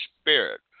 spirit